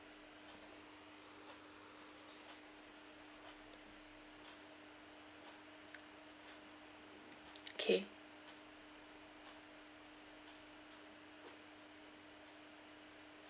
okay